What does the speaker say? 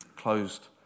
Closed